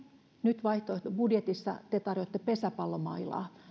nyt vaihtoehtobudjetissa te tarjoatte pesäpallomailaa